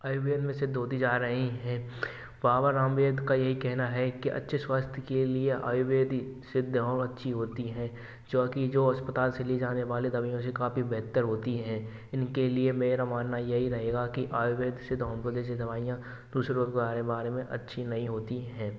आयुर्वेद में सिद्ध होती जा रही है बाबा रामवेद का यही कहना है कि अच्छे स्वास्थ्य के लिए आयुर्वेदिक सिद्ध दवा ही अच्छी होती है जो कि जो अस्पताल से ली जाने वाली दवाइयाँ से काफ़ी बेहतर होती हैं इनके लिए मेरा मानना यही रहेगा की आयुर्वेदिक सिद्ध होम्योपैथिक दवाइयाँ दूसरों के बा बारे में अच्छी नहीं होती हैं